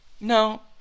No